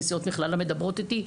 נשיאות מכללה מדברות איתי.